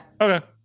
Okay